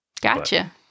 Gotcha